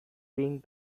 being